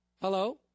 Hello